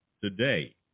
today